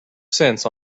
cents